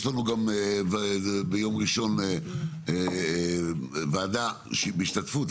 יש לנו ביום ראשון ועדה בהשתתפות,